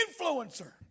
influencer